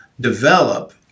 develop